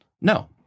no